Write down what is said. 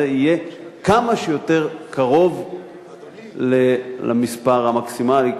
יהיה כמה שיותר קרוב למספר המקסימלי,